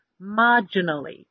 marginally